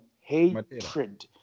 hatred